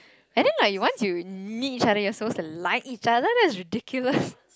and then like once you need something you're supposed to like each other that's ridiculous